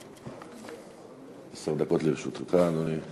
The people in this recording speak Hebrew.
עשר דקות לרשותך, אדוני.